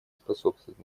способствуют